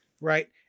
right